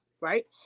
right